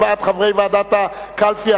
הצבעת חברי ועדת הקלפי),